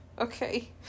okay